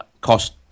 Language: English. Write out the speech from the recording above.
cost